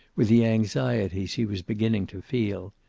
with the anxieties he was beginning to feel.